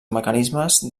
mecanismes